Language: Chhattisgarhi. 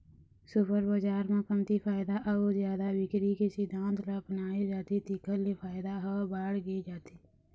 सुपर बजार म कमती फायदा अउ जादा बिक्री के सिद्धांत ल अपनाए जाथे तेखर ले फायदा ह बाड़गे जाथे